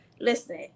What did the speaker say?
listen